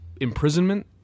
imprisonment